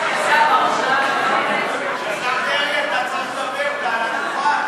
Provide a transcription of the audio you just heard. השר דרעי, אתה צריך לדבר, אתה על הדוכן.